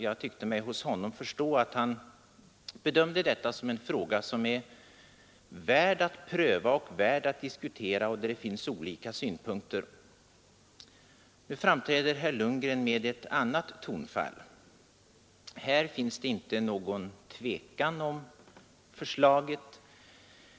Jag tyckte mig förstå att han bedömde denna fråga såsom värd att pröva och diskutera och där olika synpunkter behöver bryta sig mot varandra. Nu framträder herr Lundgren med ett annat tonfall. Det finns ingen tvekan om förslaget.